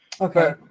Okay